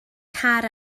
car